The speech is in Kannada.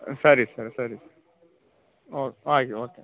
ಸರಿ ಸರ್ ಸರಿ ಸರ್ ಓಕ್ ಆಯಿತು ಓಕೆ